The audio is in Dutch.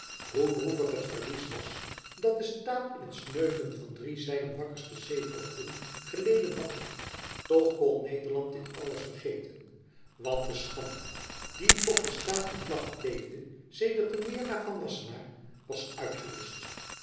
hoe droevig het verlies was dat de staat in het sneuvelen van drie zijner wakkerste zee voogden geleden had toch kon nederland dit alles vergeten want de schande die op de staten vlag kleefde sedert de neêrlaag van wassenaar was uitgewischt